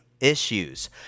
Issues